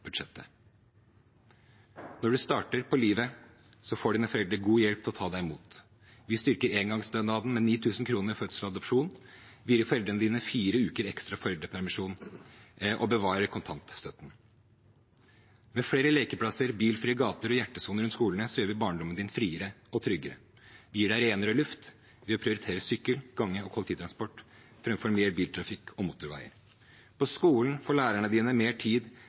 budsjettet? Når du starter på livet, får dine foreldrene god hjelp til å ta deg imot. Vi styrker engangsstønaden med 9 000 kr ved fødsel og adopsjon, vi gir foreldrene dine fire uker ekstra foreldrepermisjon og bevarer kontantstøtten. Med flere lekeplasser, bilfrie gater og hjertesoner rundt skolene gjør vi barndommen din friere og tryggere. Vi gir deg renere luft ved å prioritere sykkel, gange og kollektivtransport framfor mer biltrafikk og motorveier. På skolen får lærerne dine mer tid